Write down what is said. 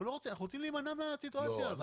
תודה רבה.